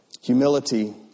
Humility